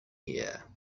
here